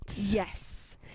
Yes